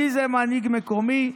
מי זה מנהיג מקומי?